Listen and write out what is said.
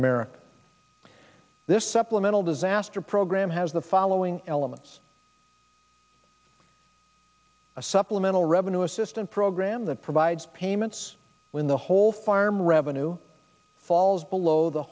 america this supplemental disaster program has the following elements a supplemental revenue assistance program that provides payments when the whole farm revenue falls below the